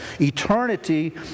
eternity